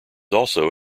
also